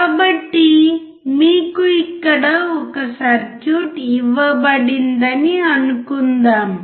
కాబట్టి మీకు ఇక్కడ ఒక సర్క్యూట్ ఇవ్వబడిందని అనుకుందాం